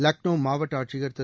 லக்னோ மாவட்ட ஆட்சியர் திரு